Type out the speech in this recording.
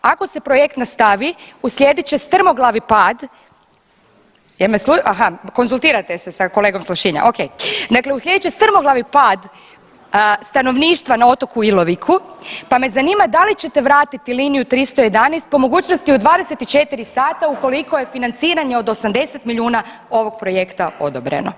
Ako se projekt nastavi uslijedit će strmoglavi pad, jel me, aha konzultirate sa kolegom s Lošinja, ok, dakle uslijedit će strmoglavi pad stanovništva na otoku Iloviku, pa me zanima da li ćete vratiti liniju 311 po mogućnosti u 24 sata ukoliko je financiranje od 80 milijuna ovog projekta odobreno.